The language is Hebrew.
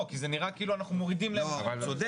כי זה נראה כאילו אנחנו מורידים --- הוא צודק,